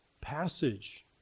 passage